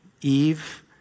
Eve